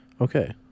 okay